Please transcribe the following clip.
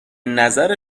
نظر